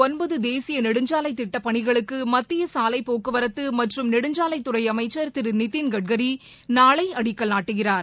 ஒன்பததேசியநெடுஞ்சாலைதிட்டப் பணிகளுக்குமத்தியசாலைப் திரிபுராவில் போக்குவரத்துமற்றும் நெடுஞ்சாலைத்துறைஅமைச்சர் திருநிதின் கட்கரிநாளைஅடிக்கல் நாட்டுகிறார்